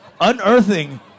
Unearthing